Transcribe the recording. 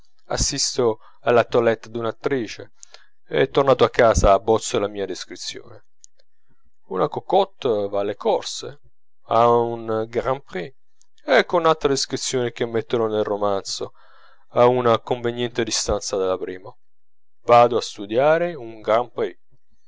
assisto alla toeletta d'un'attrice e tornato a casa abbozzo la mia descrizione una cocotte va alle corse a un grand prix ecco un'altra descrizione che metterò nel romanzo a una conveniente distanza dalla prima vado a studiare un